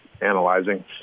analyzing